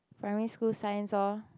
primary school science orh